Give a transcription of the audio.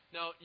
Now